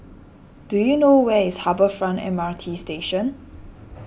do you know where is Harbour Front M R T Station